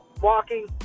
walking